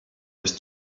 his